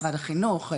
משרד החינוך,